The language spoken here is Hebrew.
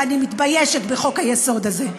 ואני מתביישת בחוק-היסוד הזה.